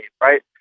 right